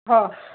हा